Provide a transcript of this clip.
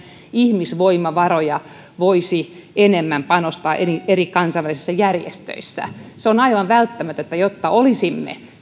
ihmisvoimavaroja voisi enemmän panostaa eri kansainvälisissä järjestöissä se on aivan välttämätöntä jotta olisimme